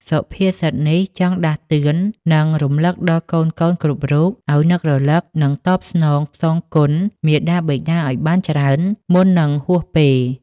សុភាសិតនេះចង់ដាស់តឿន និងរំលឹកដល់កូនៗគ្រប់រូបឲ្យនឹករលឹកនិងតបស្នងសងគុណមាតាបិតាឲ្យបានច្រើន មុននឹងហួសពេល។